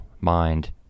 mind